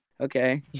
okay